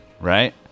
right